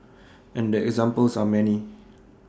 and the examples are many